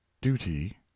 Duty